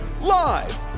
live